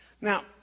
Now